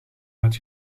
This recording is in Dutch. gaat